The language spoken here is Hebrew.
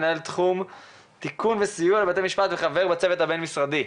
מנהל תחום תיקון וסיוע לבתי משפט וחבר בצוות הבין משרדי,